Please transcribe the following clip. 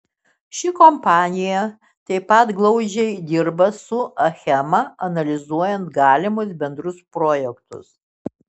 ši kompanija taip pat glaudžiai dirba su achema analizuojant galimus bendrus projektus